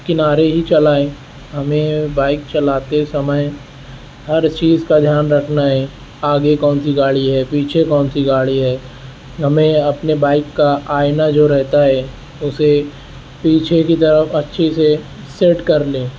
کنارے ہی چلائیں ہمیں بائک چلاتے سمئے ہر چیز کا دھیان رکھنا ہے آگے کون سی گاڑی ہے پیچھے کون سی گاڑی ہے ہمیں اپنے بائک کا آئینہ جو رہتا ہے اسے پیچھے کی طرف اچھی سے سیٹ کر لیں